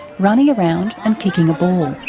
running around and kicking a ball. and